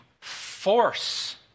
force